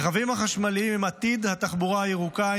רכבים חשמליים הם עתיד התחבורה הירוקה,